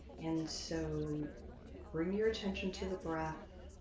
and so bring your attention to the breath.